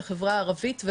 לחברה הערבית,